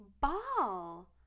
Ball